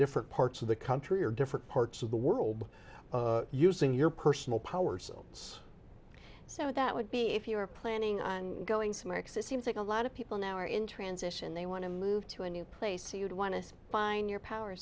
different parts of the country or different parts of the world using your personal power since so that would be if you were planning on going to mix it seems like a lot of people now are in transition they want to move to a new place you'd want to find your power